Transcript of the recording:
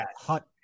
hot